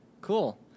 Cool